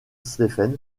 stephens